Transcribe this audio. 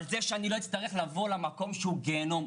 על זה שאני לא אצטרך לבוא למקום שהוא גיהינום,